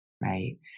Right